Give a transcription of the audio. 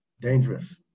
dangerous